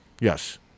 Yes